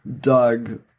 Doug